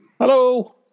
Hello